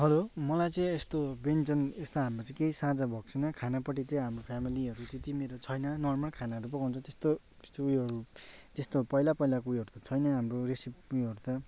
hello मलाई चाहिँ यस्तो व्यञ्जन यस्तो हाम्रो चाहिँ केही साझा भएको छैन खानापट्टि चाहिँ हाम्रो फेमिलीहरू त्यति मेरो छैन नर्मल खानाहरू पकाउँछ त्यस्तो त्यस्तो उयोहरू त्यस्तो पहिला पहिलाको उयोहरू त छैन हाम्रो रेसेपीहरू त